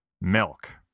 Milk